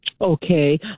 okay